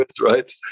right